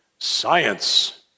Science